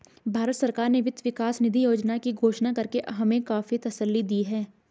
भारत सरकार ने वित्त विकास निधि योजना की घोषणा करके हमें काफी तसल्ली दी है